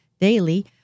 daily